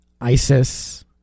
Isis